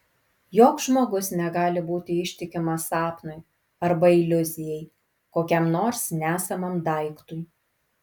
joks žmogus negali būti ištikimas sapnui arba iliuzijai kokiam nors nesamam daiktui